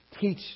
Teach